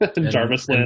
Jarvis